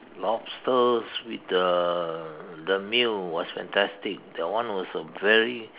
lobsters with the the meal was fantastic that one was a very